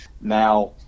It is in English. Now